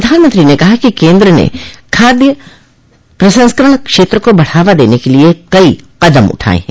प्रधानमंत्री ने कहा कि केन्द्र ने खाद्य प्रसंस्करण क्षेत्र को बढ़ावा देने के लिए कई कदम उठाये हैं